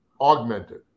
augmented